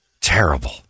Terrible